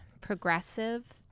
progressive